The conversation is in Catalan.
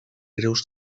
greus